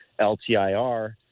LTIR